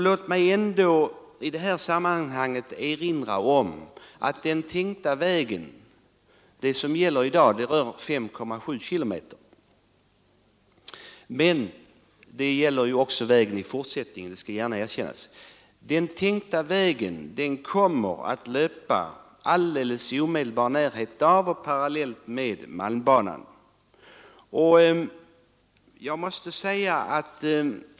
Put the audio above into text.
Låt mig i det sammanhanget erinra om att den tänkta vägen — förslaget i dag rör bara 5,7 km; men det gäller ju också vägen i fortsättningen, det skall gärna erkännas — kommer att löpa i omedelbar närhet av och parallellt med malmbanan.